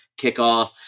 kickoff